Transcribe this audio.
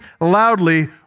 loudly